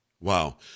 Wow